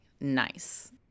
nice